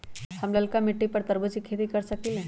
हम लालका मिट्टी पर तरबूज के खेती कर सकीले?